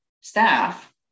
staff